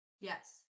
Yes